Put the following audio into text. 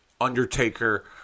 Undertaker